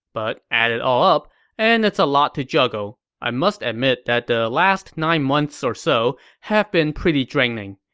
but add it all up and it's a lot to juggle. i must admit that the last nine months or so have been pretty draining.